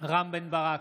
רם בן ברק,